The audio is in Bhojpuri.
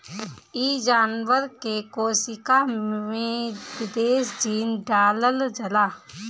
इ जानवर के कोशिका में विदेशी जीन डालल जाला